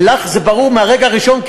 ולך זה ברור מהרגע הראשון,